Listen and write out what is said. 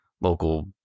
local